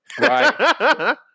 Right